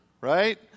right